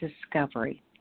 discovery